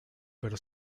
pero